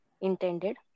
intended